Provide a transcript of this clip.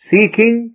Seeking